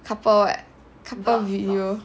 couple couple video